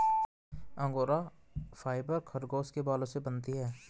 angora fibre खरगोश के बालों से बनती है